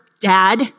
Dad